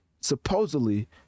supposedly